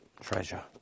treasure